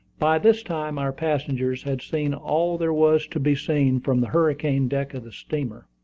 by this time our passengers had seen all there was to be seen from the hurricane-deck of the steamer.